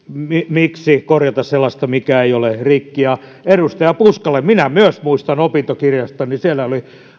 miksi korjata sellaista mikä ei ole rikki ja edustaja puskalle minä myös muistan opintokirjastani että siellä oli